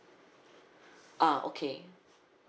ah okay